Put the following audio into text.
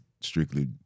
strictly